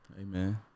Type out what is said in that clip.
Amen